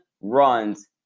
runs